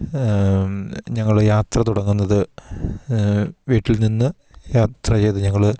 ഞങ്ങൾ യാത്ര തുടങ്ങുന്നത് വീട്ടിൽനിന്ന് യാത്ര ചെയ്ത് ഞങ്ങൾ